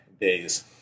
Days